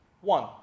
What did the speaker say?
one